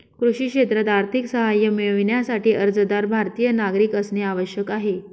कृषी क्षेत्रात आर्थिक सहाय्य मिळविण्यासाठी, अर्जदार भारतीय नागरिक असणे आवश्यक आहे